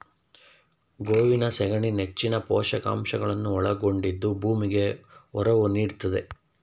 ಗೋವಿನ ಸಗಣಿ ನೆಚ್ಚಿನ ಪೋಷಕಾಂಶಗಳನ್ನು ಒಳಗೊಂಡಿದ್ದು ಭೂಮಿಗೆ ಒರವು ನೀಡ್ತಿದೆ